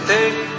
take